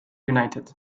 united